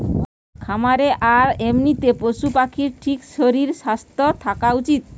খামারে আর এমনিতে পশু পাখির ঠিক শরীর স্বাস্থ্য থাকা উচিত